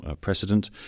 precedent